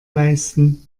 leisten